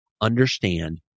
understand